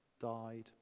died